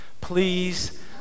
Please